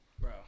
bro